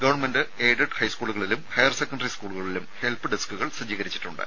government aided ഹൈസ്കൂളുകളിലും higher secondary സ്കൂളുകളിലും help ഡെസ്കുകൾ സജ്ജീകരിച്ചിട്ടുണ്ട്